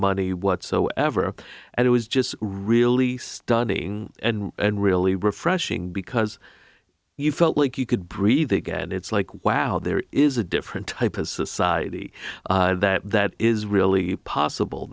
money whatsoever and it was just really stunning and really refreshing because you felt like you could breathe again it's like wow there is a different type of society that that is really possible